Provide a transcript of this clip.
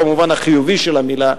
במובן החיובי של המלה,